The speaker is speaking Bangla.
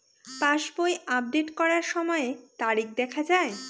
পাসবই আপডেট করার সময়ে তারিখ দেখা য়ায়?